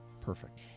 Perfect